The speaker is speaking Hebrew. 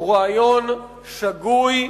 הוא רעיון שגוי,